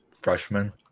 freshman